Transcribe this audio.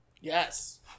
Yes